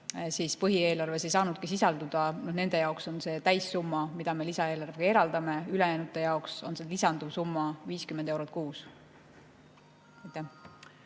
põhieelarves ei saanudki sisalduda, on see täissumma, mille me lisaeelarvega eraldame, ülejäänute jaoks on lisanduv summa 50 eurot kuus.